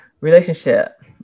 relationship